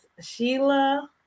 Sheila